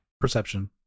Perception